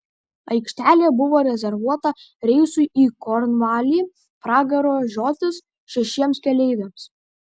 aikštelė buvo rezervuota reisui į kornvalį pragaro žiotis šešiems keleiviams